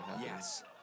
Yes